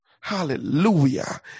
Hallelujah